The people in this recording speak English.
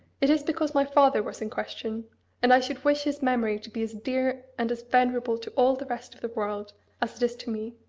it is because my father was in question and i should wish his memory to be as dear and as venerable to all the rest of the world as it is to me.